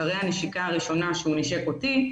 אחרי הנשיקה הראשונה שהוא נישק אותי,